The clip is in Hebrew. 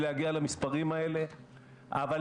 אני אסתכל עליך, איתן,